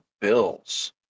bills